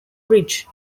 bridge